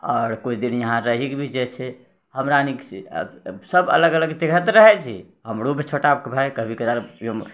आओर किछु दिन यहाँ रहिके भी जाइ छै हमरारिके सभ अलग अलग रहै छी हमरो भी छोटा भाय कभी कदाल